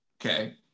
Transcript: Okay